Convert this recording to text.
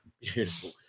Beautiful